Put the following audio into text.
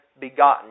begotten